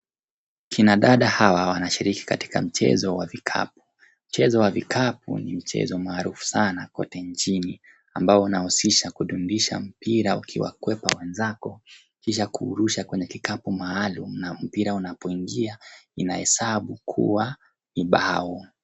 Kina dada hawa wanashiriki katika mchezo wa vikapu. Mchezo wa vikapu ni mchezo maarufu sana kote nchini ambao unahusisha kudundisha mpira ukiwakwepa wenzako kisha kuurusha kwenye kikapu maalum na mpira unapoingia inahesabu kuwa ni bao.